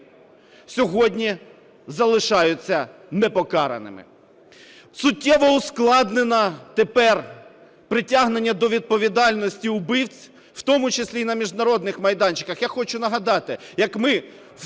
сьогодні залишаються непокараними. Суттєво ускладнено тепер притягнення до відповідальності вбивць, в тому числі і на міжнародних майданчиках. Я хочу нагадати як ми в Страсбурзі,